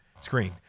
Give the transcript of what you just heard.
screen